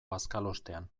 bazkalostean